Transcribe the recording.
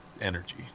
energy